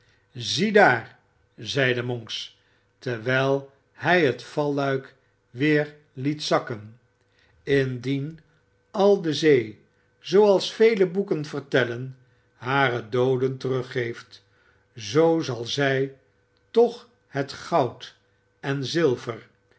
ziedaar zeide monks terwijl hij het valluik weer liet zakken indien al de zee zooals vele boeken vertellen hare dooden teruggeelt zoo zal zij toch het goud en zi